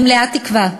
אני מלאת תקווה,